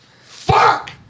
Fuck